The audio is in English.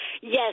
yes